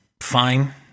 fine